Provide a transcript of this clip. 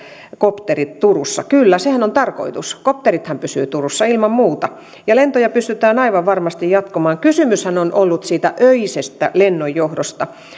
kopterit turussa kyllä sehän on tarkoitus kop terithan pysyvät turussa ilman muuta ja lentoja pystytään aivan varmasti jatkamaan kysymyshän on ollut siitä öisestä lennonjohdosta